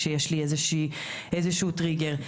כשיש לי איזשהו טריגר.